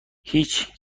هیچ